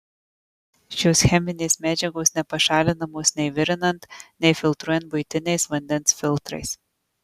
šios cheminės medžiagos nepašalinamos nei virinant nei filtruojant buitiniais vandens filtrais